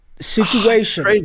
situation